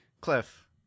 Cliff